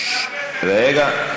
רגע.